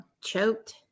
choked